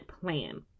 plan